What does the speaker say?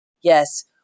yes